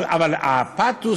אבל הפתוס